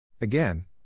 Again